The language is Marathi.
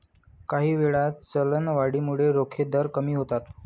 काहीवेळा, चलनवाढीमुळे रोखे दर कमी होतात